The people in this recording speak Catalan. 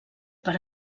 per